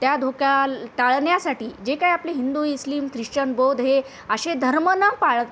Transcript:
त्या धोक्याला टाळण्यासाठी जे काय आपले हिंदू इस्लिम ख्रिश्चन बौद्ध हे असे धर्म न पाळ